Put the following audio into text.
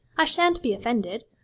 i shan't be offended.